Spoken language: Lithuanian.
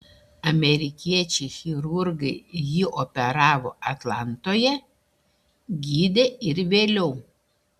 amerikiečiai chirurgai jį operavo atlantoje gydė ir vėliau